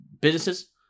businesses